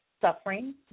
suffering